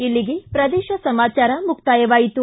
ಇಲ್ಲಿಗೆ ಪ್ರದೇಶ ಸಮಾಚಾರ ಮುಕ್ತಾಯವಾಯಿತು